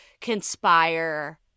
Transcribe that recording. conspire